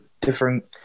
different